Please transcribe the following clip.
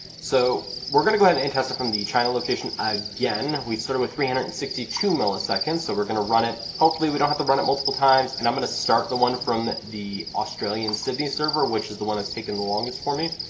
so we're going to go ahead and test it from the china location again. we started with three hundred and sixty two milliseconds. so we're going to run it, hopefully we don't have to run it multiple times, and i'm going to start the one from the australian sydney server which is the one that's taken the longest for me.